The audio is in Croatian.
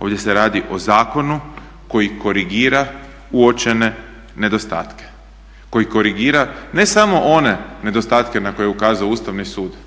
ovdje se radi o zakonu koji korigira uočene nedostatke, koji korigira ne samo one nedostatke na koje je ukazao Ustavni sud